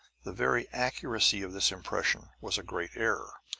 the very accuracy of this impression was a great error,